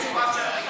האינפורמציה הרגילה,